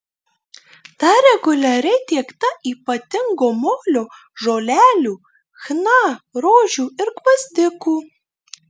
dar reguliariai tiekta ypatingo molio žolelių chna rožių ir gvazdikų